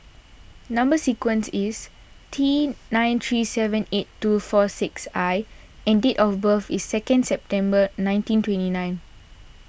Number Sequence is T nine three seven eight two four six I and date of birth is second September nineteen twenty nine